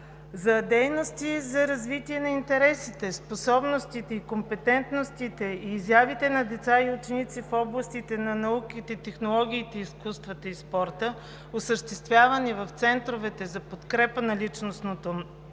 За дейности за развитие на интересите, способностите и компетентностите, изявите на деца и ученици в областите на науките, технологиите, изкуствата и спорта, осъществявани в центровете за подкрепа на личностното